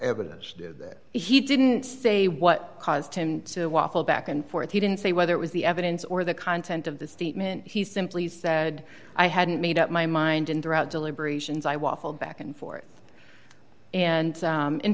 evidence that he didn't say what caused him to waffle back and forth he didn't say whether it was the evidence or the content of the statement he simply said i hadn't made up my mind and drew out deliberations i waffled back and forth and